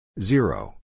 Zero